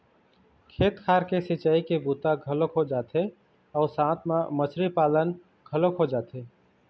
खेत खार के सिंचई के बूता घलोक हो जाथे अउ साथ म मछरी पालन घलोक हो जाथे